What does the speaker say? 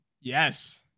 Yes